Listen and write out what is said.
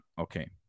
Okay